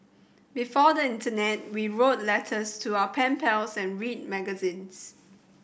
before the internet we wrote letters to our pen pals and read magazines